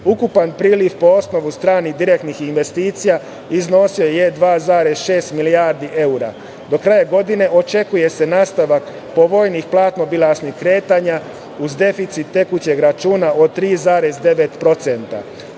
priliv po osnovu stranih direktnih investicija iznosio je 2,6 milijardi evra. Do kraja godine očekuje se nastavak povoljnih platno-bilansnih kretanja, uz deficit tekućeg računa od